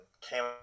came